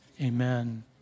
amen